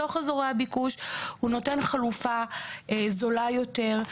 בתוך אזורי הביקוש הוא נותן חלופה זולה יותר,